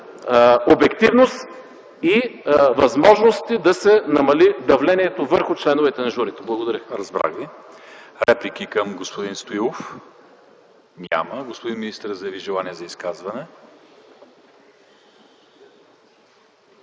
обективност и възможности да се намали давлението върху членовете на журито. Благодаря.